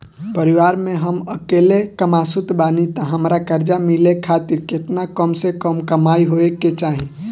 परिवार में हम अकेले कमासुत बानी त हमरा कर्जा मिले खातिर केतना कम से कम कमाई होए के चाही?